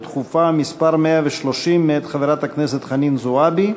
דחופה מס' 130 מאת חברת הכנסת חנין זועבי.